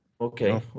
Okay